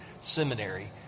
seminary